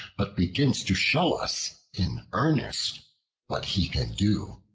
but begins to show us in earnest what he can do.